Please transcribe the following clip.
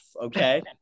okay